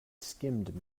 skimmed